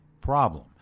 problem